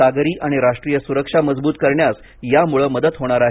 सागरी आणि राष्ट्रीय सुरक्षा मजबूत करण्यास यामुळे मदत होणार आहे